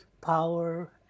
power